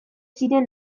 ziren